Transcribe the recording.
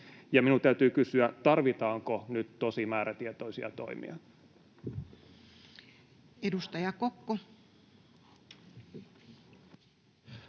minun täytyy kysyä: tarvitaanko nyt tosi määrätietoisia toimia? [Speech 84]